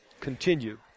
Continue